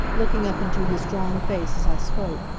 looking up into his drawn face as i spoke.